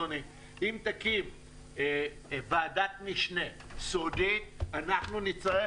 אדוני: אם תקים ועדת משנה סודית אנחנו נצטרך